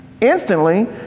Instantly